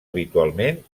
habitualment